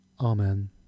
Amen